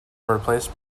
replaced